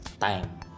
time